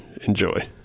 Enjoy